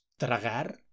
tragar